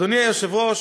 אדוני היושב-ראש,